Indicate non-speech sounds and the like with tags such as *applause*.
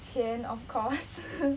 钱 of course *laughs*